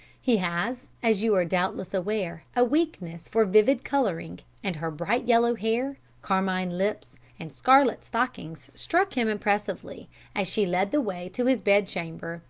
he has, as you are doubtless aware, a weakness for vivid colouring, and her bright yellow hair, carmine lips, and scarlet stockings struck him impressively as she led the way to his bed-chamber,